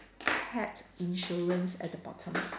pet insurance at the bottom